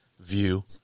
view